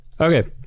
Okay